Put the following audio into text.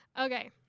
Okay